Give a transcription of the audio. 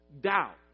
Doubt